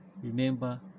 remember